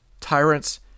tyrants